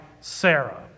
Sarah